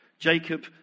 Jacob